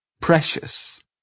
Precious